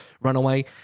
Runaway